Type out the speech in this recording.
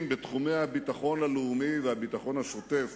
בתחומי הביטחון הלאומי והביטחון השוטף